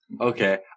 Okay